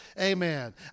Amen